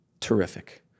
terrific